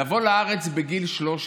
לבוא לארץ בגיל 13